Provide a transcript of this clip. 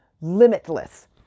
Limitless